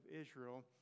Israel